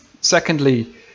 secondly